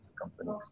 companies